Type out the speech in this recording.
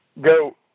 go